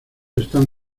están